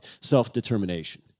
self-determination